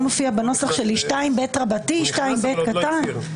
נתכנס בעוד חצי שעה, ב-10:28, להצבעה על הרביזיות.